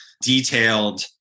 detailed